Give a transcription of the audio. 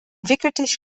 wickeltisch